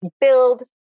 build